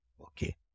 Okay